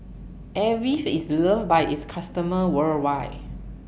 Avene IS loved By its customers worldwide